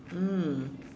mm